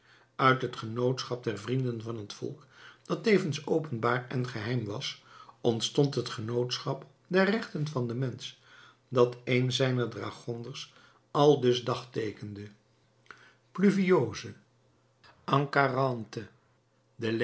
uit het genootschap der vrienden van het volk dat tevens openbaar en geheim was ontstond het genootschap der rechten van den mensch dat een zijner dagorders aldus dagteekende pluviôse